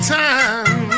time